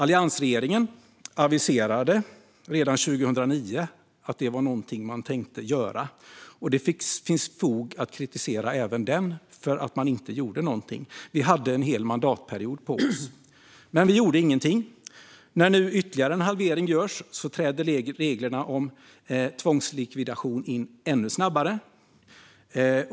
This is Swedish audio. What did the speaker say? Alliansregeringen aviserade redan 2009 att detta var något man tänkte göra, och det finns fog för att kritisera den för att man inte gjorde något. Vi hade en hel mandatperiod på oss men gjorde ingenting. När nu ytterligare en halvering görs träder reglerna om tvångslikvidation in ännu snabbare.